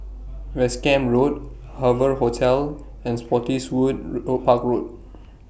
West Camp Road Hoover Hotel and Spottiswoode Park Road